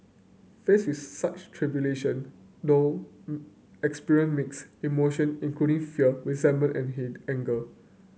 faced with such tribulation Thong experience mixed emotion including fear resentment and hit anger